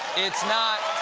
it's not